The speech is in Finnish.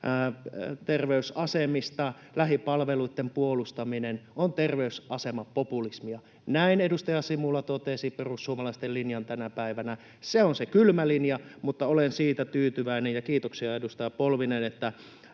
terveysasemista, että lähipalveluitten puolustaminen on terveysasemapopulismia. Näin edustaja Simula totesi perussuomalaisten linjan tänä päivänä. Se on se kylmä linja, mutta olen siitä tyytyväinen — ja kiitoksia, edustaja Polvinen — että